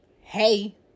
hey